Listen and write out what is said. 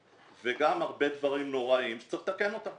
וגם הרבה דברים נוראיים שצריך לתקן אותם.